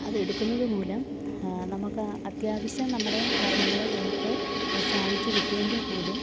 അതെടുക്കുന്നത് മൂലം നമുക്ക് അത്യാവശ്യം നമ്മുടെ കാര്യങ്ങൾ നമുക്ക് സാധിച്ച് കിട്ടുമെങ്കിൽ പോലും